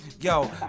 Yo